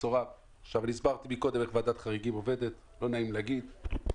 מצורף שוועדת החריגים עובדת לא נעים להגיד,